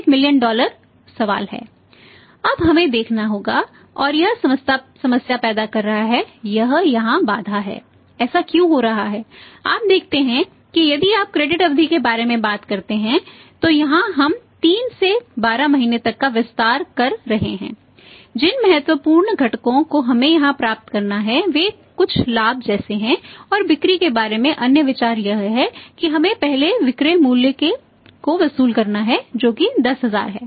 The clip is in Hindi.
एनपीवी अवधि के बारे में बात करते हैं तो यहां हम 3 से 12 महीने तक का विस्तार कर रहे हैं जिन महत्वपूर्ण घटकों को हमें यहां प्राप्त करना है वे कुछ लाभ जैसे हैं और बिक्री के बारे में अन्य विचार यह है कि हमें पहले विक्रय मूल्य को वसूल करना है जो कि 10000 है